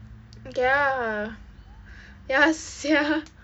ya ya sia